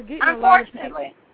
Unfortunately